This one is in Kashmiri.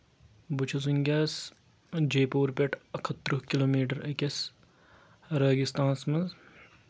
بہٕ چھُس وٕنکیٚس جے پوٗر پؠٹھ اَکھ ہَتھ تٕرٛہ کِلوٗ میٖٹر أکِس رٲگِستانَس منٛز